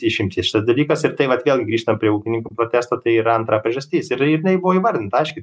išimtis šitas dalykas ir tai vat vėl grįžtam prie ūkininkų protesto tai yra antra priežastis ir ir jinai buvo įvardinti aiškiai